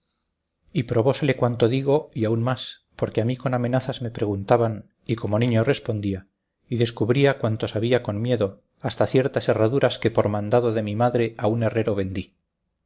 y probósele cuanto digo y aun más porque a mí con amenazas me preguntaban y como niño respondía y descubría cuanto sabía con miedo hasta ciertas herraduras que pormandado de mi madre a un herrero vendí